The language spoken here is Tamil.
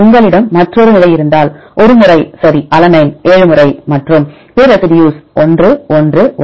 உங்களிடம் மற்றொரு நிலை இருந்தால் ஒரு முறை சரி அலனைன் 7 முறை மற்றும் பிற ரெசிடியூஸ் 1 1 1